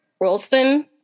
Rolston